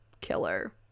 killer